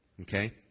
Okay